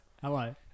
Hello